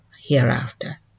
hereafter